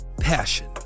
Passion